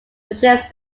purchased